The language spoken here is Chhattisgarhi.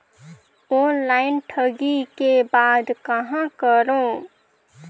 ऑनलाइन ठगी के बाद कहां करों?